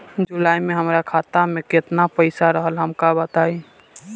जुलाई में हमरा खाता में केतना पईसा रहल हमका बताई?